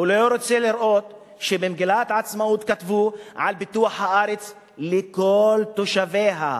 הוא לא רוצה לראות שבמגילת העצמאות כתבו על פיתוח הארץ לכל תושביה,